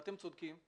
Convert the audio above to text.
ואתם צודקים.